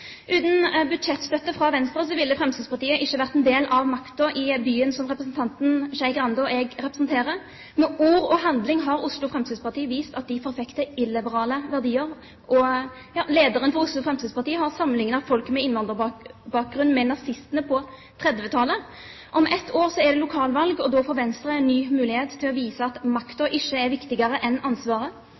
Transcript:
Uten budsjettstøtte fra Venstre ville Fremskrittspartiet ikke vært en del av makten i den byen som representanten Skei Grande og jeg representerer. Med ord og handling har Oslo Fremskrittsparti vist at de forfekter illiberale verdier. Lederen for Oslo Fremskrittsparti har sammenliknet folk med innvandrerbakgrunn med nazistene på 1930-tallet. Om ett år er det lokalvalg, og da får Venstre en ny mulighet til å vise at makten ikke er viktigere enn ansvaret.